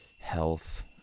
health